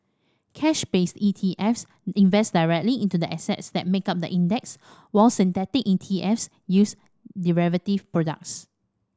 cash based E T Fs invest directly into the assets that make up the index while synthetic E T Fs use derivative products